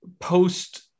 post